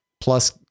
plus